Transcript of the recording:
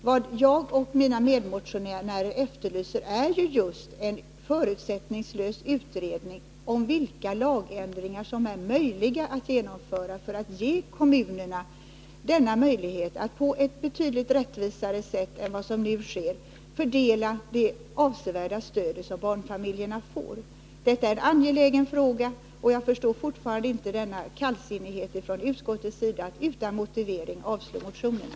Vad jag och mina medmotionärer efterlyser är just en förutsättningslös utredning om vilka lagändringar som kan genomföras för att ge kommunerna denna möjlighet att på ett betydligt rättvisare sätt än vad som nu sker fördela det avsevärda stöd som barnfamiljerna får. Detta är en angelägen fråga, och jag förstår fortfarande inte kallsinnigheten från utskottets sida att utan motivering avstyrka motionerna.